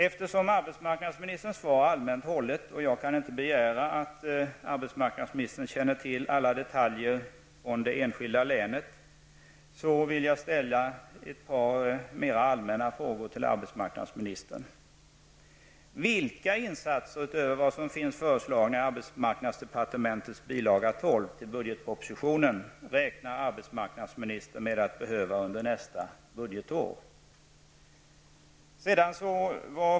Eftersom arbetsmarknadsministerns svar är allmänt hållet och jag inte kan begära att arbetsmarknadsministern skall känna till alla detaljer från det enskilda länet, vill jag ställa ett par mera allmänna frågor till arbetsmarknadsministern: Vilka insatser, utöver de som finns föreslagna i arbetsmarknadsdepartementets bilaga 12 till budgetpropositionen, räknar arbetsmarknadsministern med att behöva göra under nästa budgetår?